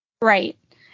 Right